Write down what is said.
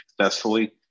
successfully